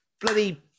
bloody